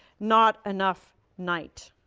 not enough night.